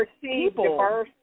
people